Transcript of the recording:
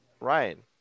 Ryan